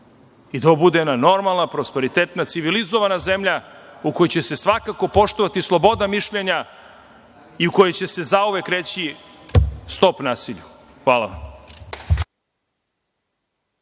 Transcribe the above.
i da ovo bude jedna normalna, prosperitetna, civilizovana zemlja u kojoj će se svakako poštovati sloboda mišljenja i u kojoj će se zauvek reći – stop nasilju. Hvala.